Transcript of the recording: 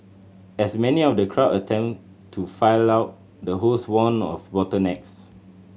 as many of the crowd attempted to file out the host warned of bottlenecks